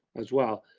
as well,